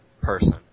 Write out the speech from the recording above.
person